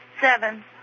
seven